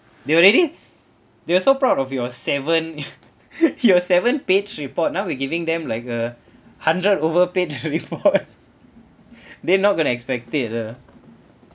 they already they are so proud of your seven your seven page report now we're giving them like uh hundred over page report they're not going to expect it ah